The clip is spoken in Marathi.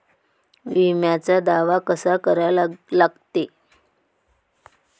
बिम्याचा दावा कसा करा लागते?